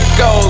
go